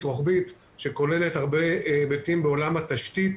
רוחבית שכוללת הרבה היבטים בעולם התשתית,